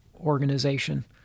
organization